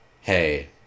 Hey